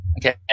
Okay